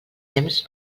temps